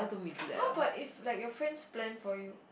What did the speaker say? how about if like your friend plan for you